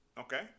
Okay